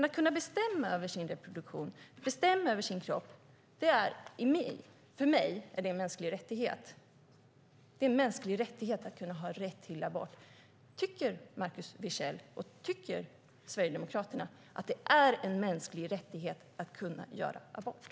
Att kunna bestämma över sin reproduktion och bestämma över sin kropp är för mig en mänsklig rättighet. Det är en mänsklig rättighet att ha rätt till abort. Tycker Markus Wiechel och Sverigedemokraterna att det är en mänsklig rättighet att kunna göra abort?